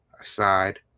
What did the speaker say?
aside